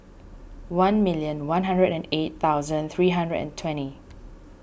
one million one hundred and eight thousand three hundred and twenty